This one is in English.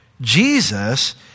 Jesus